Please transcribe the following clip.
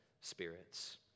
spirits